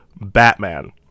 Batman